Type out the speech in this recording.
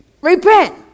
Repent